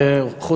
שכולם מותשים,